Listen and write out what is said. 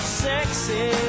sexy